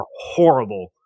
horrible